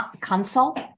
Consult